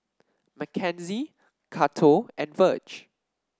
Mackenzie Cato and Virge